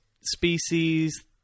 species